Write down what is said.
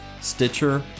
Stitcher